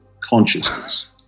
consciousness